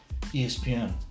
ESPN